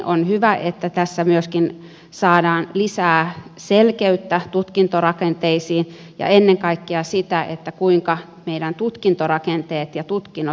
on hyvä että tässä myöskin saadaan lisää selkeyttä tutkintorakenteisiin ja ennen kaikkea sitä kuinka meidän tutkintorakenteet ja tutkinnot joustavat